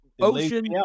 ocean